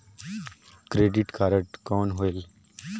Credit card कौन होएल?